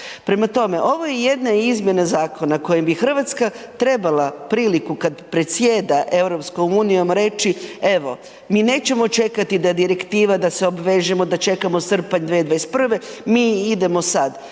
Prema tome, ovo je jedna izmjena zakona kojim bi Hrvatska trebala priliku kad predsjeda EU-om, evo, mi nećemo čekati da direktiva, da se obvežemo, da čekamo srpanj 2021., mi idemo sad.